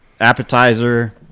appetizer